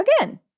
again